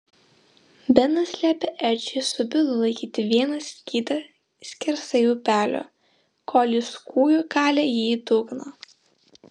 benas liepė edžiui su bilu laikyti vieną skydą skersai upelio kol jis kūju kalė jį į dugną